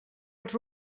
els